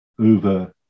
over